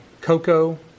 Cocoa